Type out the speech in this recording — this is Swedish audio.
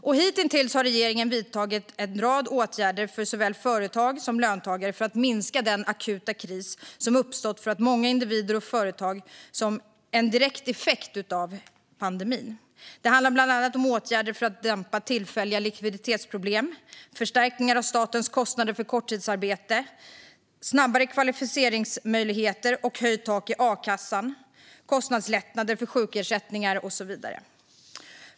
Regeringen har hitintills vidtagit en rad åtgärder för såväl företag som löntagare för att minska den akuta kis som uppstått för många individer och företag som en direkt effekt av pandemin. Det handlar bland annat om åtgärder för att dämpa tillfälliga likviditetsproblem, förstärkning av statens kostnader för korttidsarbete, snabbare kvalificeringsmöjligheter och höjt tak i a-kassan, kostnadslättnader för sjukersättning.